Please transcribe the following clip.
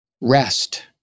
Rest